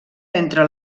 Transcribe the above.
entre